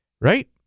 Right